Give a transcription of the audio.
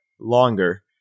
longer